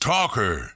Talker